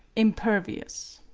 impervious.